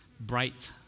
bright